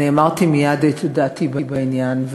אמרתי מייד את דעתי בעניין,